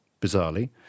bizarrely